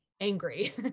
angry